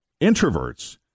introverts